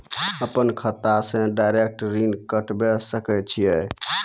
अपन खाता से डायरेक्ट ऋण कटबे सके छियै?